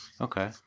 Okay